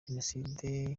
jenoside